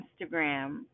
Instagram